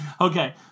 Okay